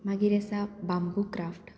मागीर आसा bamboo craft